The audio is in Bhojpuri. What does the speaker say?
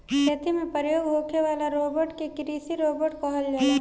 खेती में प्रयोग होखे वाला रोबोट के कृषि रोबोट कहल जाला